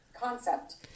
concept